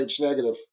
negative